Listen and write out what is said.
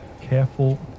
careful